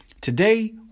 Today